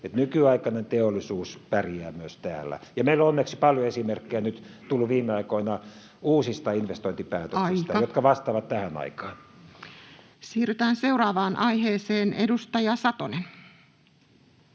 nykyaikainen teollisuus pärjää myös täällä. Ja meillä on onneksi tullut nyt viime aikoina paljon esimerkkejä uusista investointipäätöksistä, [Puhemies: Aika!] jotka vastaavat tähän aikaan. Siirrytään seuraavaan aiheeseen. — Edustaja Satonen.